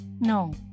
no